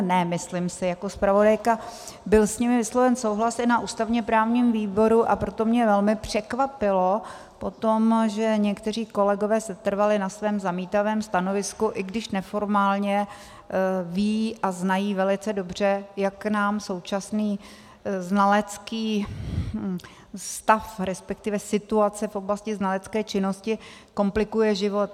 Ne myslím si jako zpravodajka, byl s nimi vysloven souhlas i na ústavněprávním výboru, a proto mě velmi překvapilo potom, že někteří kolegové setrvali na svém zamítavém stanovisku, i když neformálně vědí a znají velice dobře, jak nám současný znalecký stav, resp. situace v oblasti znalecké činnosti komplikuje život.